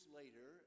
later